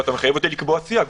אתם מחייבים אותי לקבוע סייג.